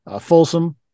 Folsom